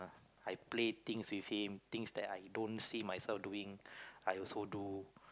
I play things with him things that I don't see myself doing I also do